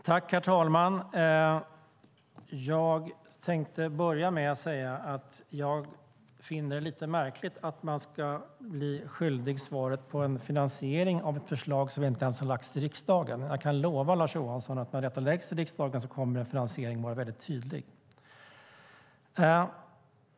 Herr talman! Jag finner det lite märkligt att man ska bli skyldig svaret om en finansiering av ett förslag som inte ens har lagts fram till riksdagen. Jag kan lova Lars Johansson att när detta läggs fram till riksdagen kommer finansieringen att vara väldigt tydlig.